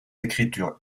écritures